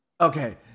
Okay